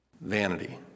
Vanity